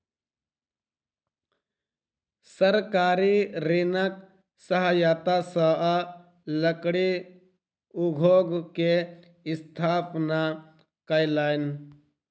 सरकारी ऋणक सहायता सॅ ओ लकड़ी उद्योग के स्थापना कयलैन